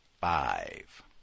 five